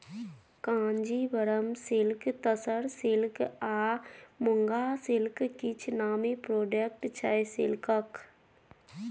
Kanjeevaram silk, tussar silk आ muga silk किछ नामी प्रोडक्ट छै सिल्कक